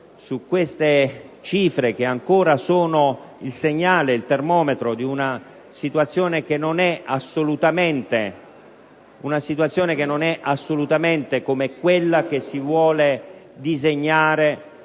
su queste cifre che ancora sono il segnale, il termometro di una situazione che non è assolutamente come quella che si vuole disegnare